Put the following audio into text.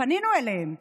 ופנינו אליהם,